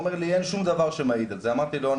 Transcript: אמר לי 'אין שום דבר שמעיד על זה' אמרתי לו 'אני